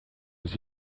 mis